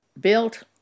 built